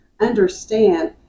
understand